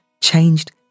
changed